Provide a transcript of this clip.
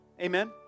Amen